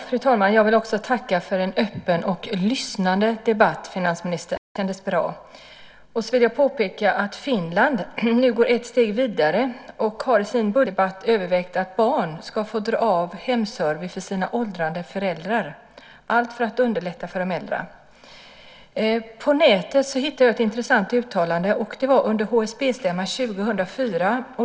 Fru talman! Jag vill också tacka för en öppen och lyssnande debatt, finansministern. Det kändes bra. Jag vill påpeka att Finland nu går ett steg vidare och har i sin budgetdebatt övervägt att barn ska få dra av för hemservice för sina åldrande föräldrar, allt för att underlätta för de äldre. På nätet hittade jag ett intressant uttalande från HSB-stämman 2004.